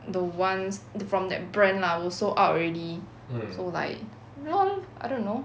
the ones from that brand lah were sold out already so like LOL I don't know